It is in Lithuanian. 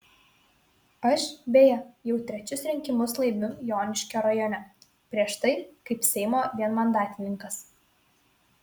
aš beje jau trečius rinkimus laimiu joniškio rajone prieš tai kaip seimo vienmandatininkas